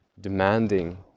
demanding